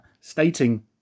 stating